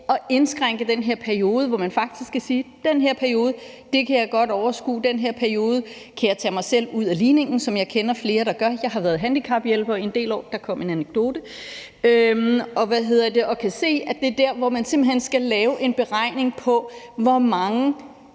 at indskrænke den her periode, hvor man faktisk kan sige, at den her periode kan jeg godt overskue, og at i den her periode kan jeg tage mig selv ud af ligningen. Det kender jeg flere der gør. Jeg har været handicaphjælper i en del år – der kom min anekdote – og kan se, at det er der, hvor man f.eks. som spastiker simpelt hen skal lave en beregning af, hvor mange